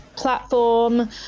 Platform